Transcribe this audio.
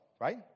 Right